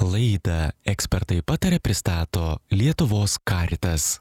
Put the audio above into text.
laidą ekspertai pataria pristato lietuvos caritas